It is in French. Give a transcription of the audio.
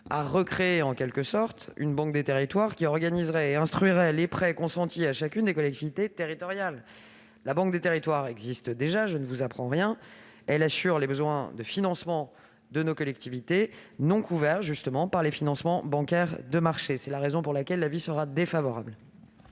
à recréer en quelque sorte une banque des territoires qui organiserait et instruirait les prêts consentis à chacune des collectivités territoriales. Or la banque des territoires existe déjà. Elle assure les besoins de financement des collectivités qui ne sont pas couverts par les financements bancaires de marché. C'est la raison pour laquelle le Gouvernement